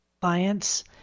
clients